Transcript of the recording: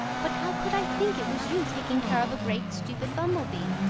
but how could i think it was you taking care of a great stupid bumble-bee?